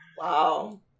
Wow